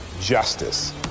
justice